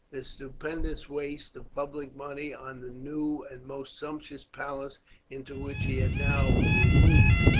the stupendous waste of public money on the new and most sumptuous palace into which he had now removed,